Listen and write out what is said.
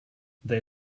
they